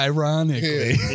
Ironically